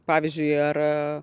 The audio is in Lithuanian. pavyzdžiui ar